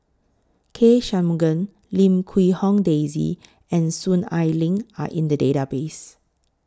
K Shanmugam Lim Quee Hong Daisy and Soon Ai Ling Are in The Database